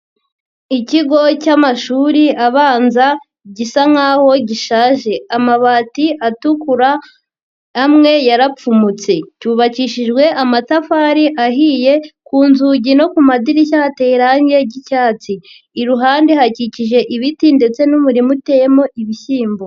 Ikigo cy'amashuri abanza gisa nk'aho gishaje, amabati atukura amwe yarapfumutse, cyubakishijwe amatafari ahiye, ku nzugi no ku madirishya hateye irangi ry'icyatsi, iruhande hakikije ibiti ndetse n'umurima uteyemo ibishyimbo.